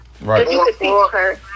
right